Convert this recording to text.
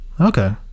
Okay